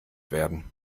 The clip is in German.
werden